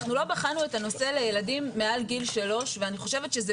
אנחנו לא בחנו את הנושא לילדים מעל גיל 3. ואני חושבת שזה